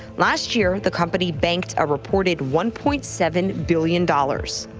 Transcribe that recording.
last year the company banked a reported one point seven billion dollars.